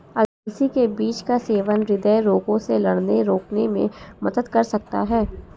अलसी के बीज का सेवन हृदय रोगों से लड़ने रोकने में मदद कर सकता है